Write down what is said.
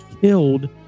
killed